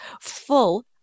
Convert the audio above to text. full